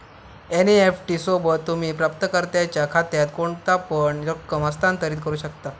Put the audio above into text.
NEFT सोबत, तुम्ही प्राप्तकर्त्याच्यो खात्यात कोणतापण रक्कम हस्तांतरित करू शकता